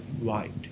right